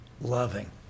loving